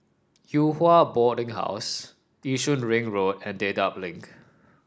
Yew Hua Boarding House Yishun Ring Road and Dedap Link